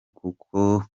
kuko